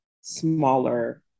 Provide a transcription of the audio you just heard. smaller